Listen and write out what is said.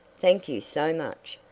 thank you so much,